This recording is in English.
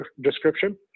description